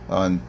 on